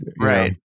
Right